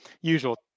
Usual